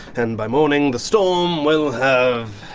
and by morning, the storm will have